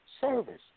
Service